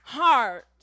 heart